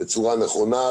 בצורה נכונה.